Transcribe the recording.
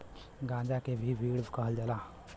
गांजा के भी वीड कहल जाला